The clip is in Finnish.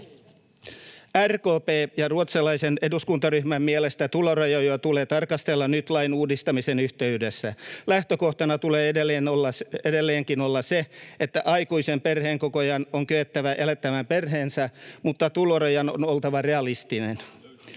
RKP:n ja ruotsalaisen eduskuntaryhmän mielestä tulorajoja tulee tarkastella nyt lain uudistamisen yhteydessä. Lähtökohtana tulee edelleenkin olla se, että aikuisen perheenkokoajan on kyettävä elättämään perheensä, mutta tulorajan on oltava realistinen.